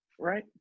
right